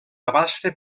abasta